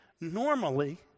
normally